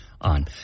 on